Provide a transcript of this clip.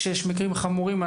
כשיש מקרים חמורים,